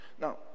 now